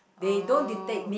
oh